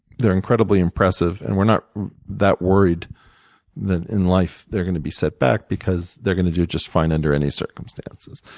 they're incredibly impressive, and we're not that worried that in life, they're gonna be set back, because they're gonna do just fine under any circumstances.